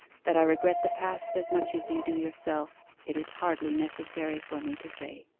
that i regret the past as much as you do yourself, it is hardly necessary for me to say